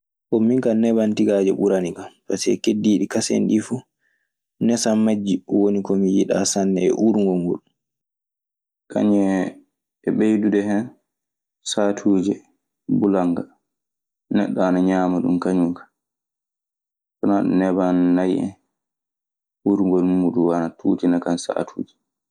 Bon, min kaa neban tigaaje ɓuranikan, pasee keddiiɗi kaseŋ ɗii fu nesan. m-ŋjji woni ko mi yiɗaa sanne e uurngol ngol kañun e ɓeydude hen saatuuje bulannga. Neɗɗo ana ñaama ɗun kañun kaa. So wanaa ɗun, neban nay en, uurngol muuɗun ana tuutina kan saatuuje.